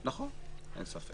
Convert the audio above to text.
נכון, אין ספק.